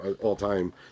all-time